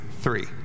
three